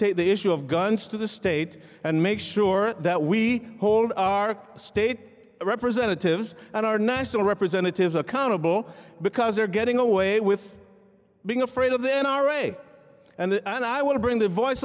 take the issue of guns to the state and make sure that we hold our state representatives and our national representatives accountable because they're getting away with being afraid of the n r a and and i want to bring the voice